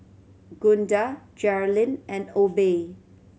Gunda Jerilynn and Obe